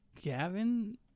Gavin